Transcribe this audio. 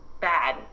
bad